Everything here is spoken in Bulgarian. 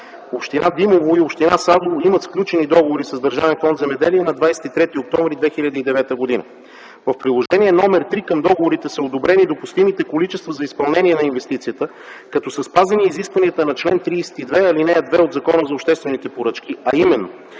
Община Димово и община Садово имат сключени договори с Държавен фонд „Земеделие” на 23 октомври 2009 г. В Приложение № 3 към договорите са одобрени допустимите количества за изпълнение на инвестицията, като са спазени изискванията на чл. 32, ал. 2 от Закона за обществените поръчки, а именно